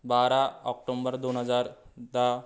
बारा ऑक्टोंबर दोन हजार दहा